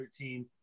13